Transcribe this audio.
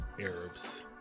arabs